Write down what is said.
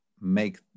make